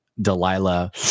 Delilah